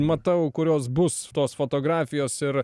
matau kurios bus tos fotografijos ir